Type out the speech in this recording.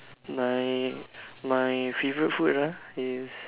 my my my favourite food ah is